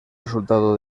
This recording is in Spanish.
resultado